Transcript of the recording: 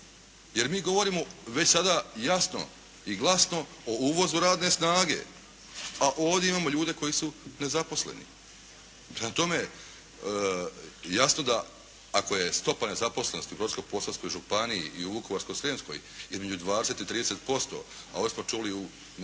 Jer mi govorimo već sada jasno i glasno o uvozu radne snage, a ovdje imamo ljude koji su nezaposleni. Prema tome jasno da ako je stopa nezaposlenosti u Brodsko-Posavskoj županiji i u Vukovarsko-Srijemskoj između 20 i 30% a … /Govornik se